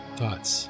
thoughts